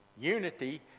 Unity